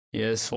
yes